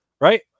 Right